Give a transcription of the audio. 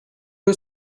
eux